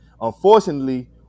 Unfortunately